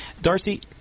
Darcy